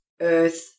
earth